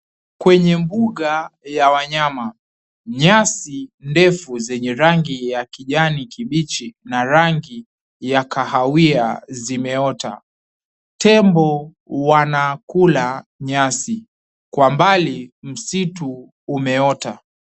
Kwenye mbuga ya wanyama nyasi ndefu zenye rangi ya kijani kibichi na rangi ya kahawia zimeota. Tembo wanakula nyasi kwa mbali msitu umeota.